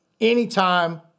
anytime